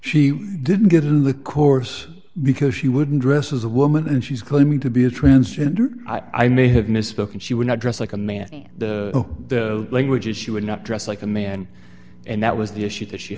she didn't get in the course because she wouldn't dress as a woman and she's claiming to be a transgendered i may have misspoken she would not dress like a man in the languages she would not dress like a man and that was the issue that she